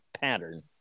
pattern